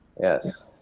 Yes